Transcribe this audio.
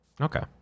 Okay